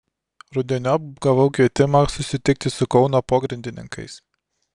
rudeniop gavau kvietimą susitikti su kauno pogrindininkais